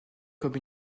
comme